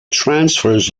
transfers